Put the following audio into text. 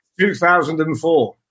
2004